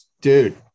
Dude